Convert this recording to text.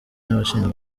n’abashinzwe